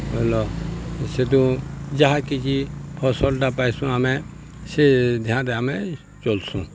ବୁଝ୍ଲ ସେଠୁ ଯାହା କିଛି ଫସଲ୍ଟା ପାଏସୁଁ ଆମେ ସେ ଧ୍ୟାନ୍ରେ ଆମେ ଚଲ୍ସୁଁ